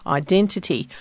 identity